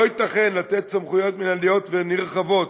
לא ייתכן לתת סמכויות מינהליות ונרחבות